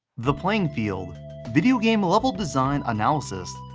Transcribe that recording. the playing field video game level design analysis.